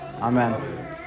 Amen